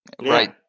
Right